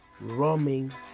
roaming